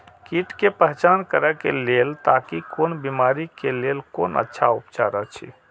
कीट के पहचान करे के लेल ताकि कोन बिमारी के लेल कोन अच्छा उपचार अछि?